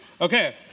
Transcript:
Okay